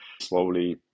slowly